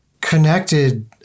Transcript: connected